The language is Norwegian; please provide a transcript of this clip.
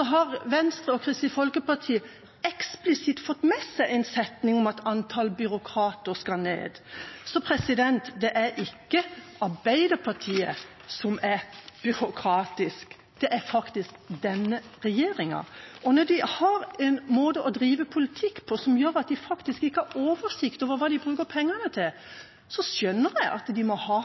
har Venstre og Kristelig Folkeparti i forliket, i budsjettavtalen, i år, eksplisitt fått med en setning om at antallet byråkrater skal ned. Så det er ikke Arbeiderpartiet som er byråkratisk, det er faktisk denne regjeringa. Og når de har en måte å drive politikk på som gjør at de ikke har oversikt over hva de bruker pengene til, skjønner jeg at de må ha